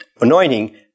anointing